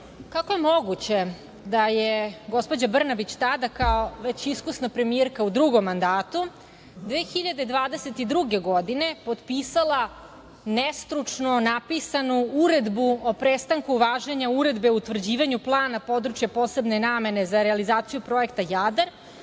kako je moguće da je gospođa Brnabić, tada kao već iskusna premijerka u drugom mandatu 2022. godine potpisala nestručno napisanu Uredbu o prestanku važenja Uredbe o utvrđivanju plana područja posebne namene za realizaciju projekta „Jadar“,